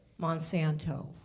Monsanto